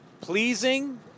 pleasing